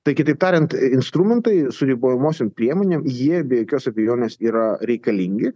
tai kitaip tariant instrumentai su ribojamosiom priemonėm jie be jokios abejonės yra reikalingi